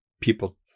people